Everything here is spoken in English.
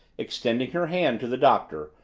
extending her hand to the doctor,